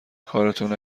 کارتون